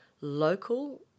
local